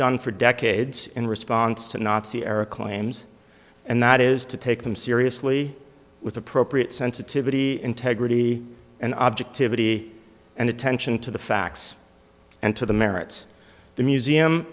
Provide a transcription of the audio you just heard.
done for decades in response to nazi era claims and that is to take them seriously with appropriate sensitivity integrity and objectivity and attention to the facts and to the merits the museum